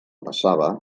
passava